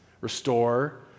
restore